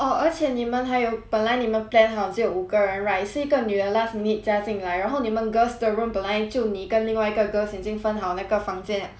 orh 而且你们还有本来你们 plan 好只有五个人 right 是一个女的 last minute 加进来然后你们 girls 的 room 本来就你跟另外一个 girls 已经分好那个房间